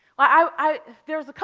i. there was a.